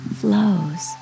flows